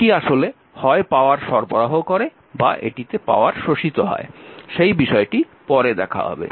এটি আসলে হয় পাওয়ার সরবরাহ করে বা এটিতে পাওয়ার শোষিত হয় সেই বিষয়টি পরে দেখা হবে